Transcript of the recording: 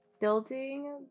building